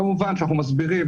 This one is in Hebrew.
כמובן שאנחנו מסבירים,